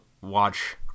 watch